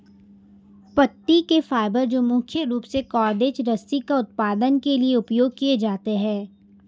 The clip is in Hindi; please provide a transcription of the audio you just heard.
पत्ती के फाइबर जो मुख्य रूप से कॉर्डेज रस्सी का उत्पादन के लिए उपयोग किए जाते हैं